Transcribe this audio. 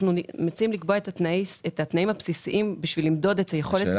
אנחנו מציעים לקבוע את התנאים הבסיסיים בשביל למדוד את היכולת.